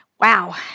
Wow